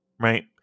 right